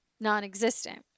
non-existent